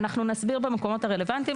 אנחנו נסביר במקומות הרלוונטיים,